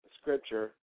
Scripture